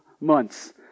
months